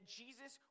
jesus